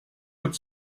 could